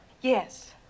Yes